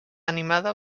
animada